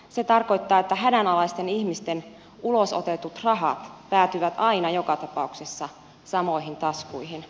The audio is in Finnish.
se tarkoittaa että hädänalaisten ihmisten ulosotetut rahat päätyvät aina joka tapauksessa samoihin taskuihin